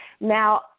Now